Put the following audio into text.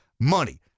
money